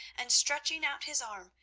and stretching out his arm,